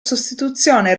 sostituzione